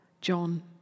John